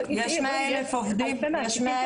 יש אלפי מעסיקים של פלסטינים --- יש 100,000